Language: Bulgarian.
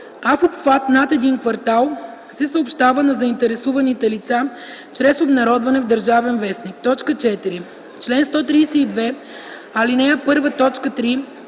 в обхват над един квартал се съобщава на заинтересуваните лица чрез обнародване в „Държавен вестник”.”